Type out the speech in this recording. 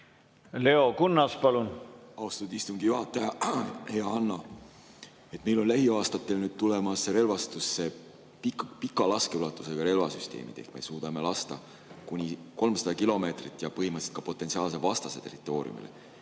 Leo Kunnas, palun! Austatud istungi juhataja! Hea Hanno! Meil on lähiaastatel tulemas relvastusse pika laskeulatusega relvasüsteemid ehk me suudame lasta kuni 300 kilomeetrit ja põhimõtteliselt ka potentsiaalse vastase territooriumile.